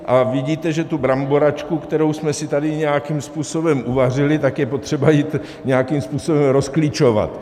A vidíte, že tu bramboračku, kterou jsme si tady nějakým způsobem uvařili, je potřeba ji nějakým způsobem rozklíčovat.